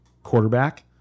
quarterback